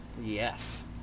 Yes